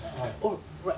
my own rap